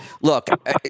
look